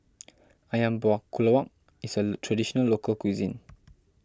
Ayam Buah Keluak is a Traditional Local Cuisine